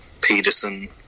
Peterson